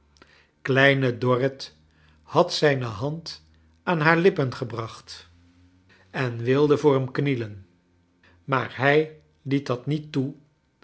kleine dorrit had zijne hand aan haar lippen gebrachfc en wilde voor hem knielen maar hij liet dat niet toe